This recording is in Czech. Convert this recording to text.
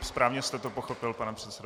Správně jste to pochopil, pane předsedo.